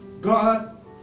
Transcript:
God